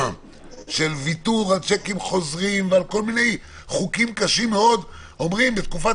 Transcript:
וכל מיני חוקים קשים מאוד אומרים שבתקופת